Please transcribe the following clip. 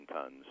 tons